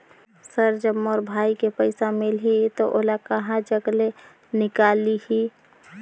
Sir जब मोर भाई के पइसा मिलही तो ओला कहा जग ले निकालिही?